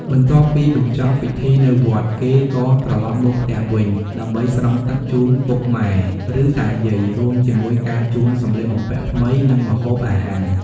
បន្ទាប់ពីបញ្ចប់ពិធីនៅវត្ត គេក៏ត្រឡប់មកផ្ទះវិញ ដើម្បី ស្រង់ទឹកជូនពុកម៉ែ ឬ តាយាយ រួមជាមួយការជូនសំលៀកបំពាក់ថ្មី និងម្ហូបអាហារ។